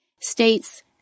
states